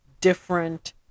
different